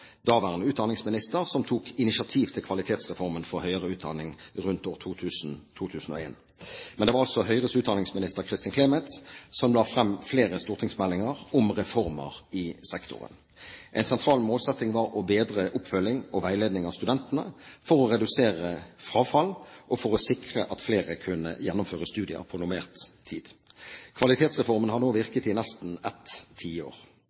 daværende utdanningsminister, som tok initiativ til Kvalitetsreformen for høyere utdanning rundt år 2000/2001. Men det var altså Høyres utdanningsminister Kristin Clemet som la frem flere stortingsmeldinger om reformer i sektoren. En sentral målsetting var å bedre oppfølging og veiledning av studentene, for å redusere frafall og for å sikre at flere kunne gjennomføre studier på normert tid. Kvalitetsreformen har nå virket i nesten et tiår.